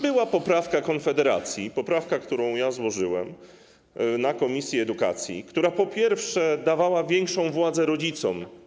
Była poprawka Konfederacji, którą złożyłem w komisji edukacji, która, po pierwsze, dawała większą władzę rodzicom.